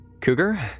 Cougar